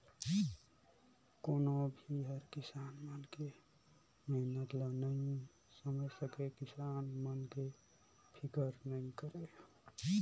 कोनो भी हर किसान मन के मेहनत ल नइ समेझ सके, किसान मन के फिकर नइ करे